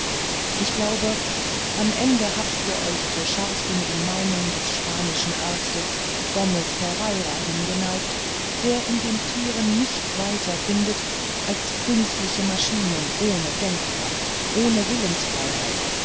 ich glaube am ende habt ihr euch zur scharfsinnigen meinung des spanischen arztes gomez pereira hingeneigt der in den tieren nichts weiter findet als künstliche maschinen ohne denkkraft ohne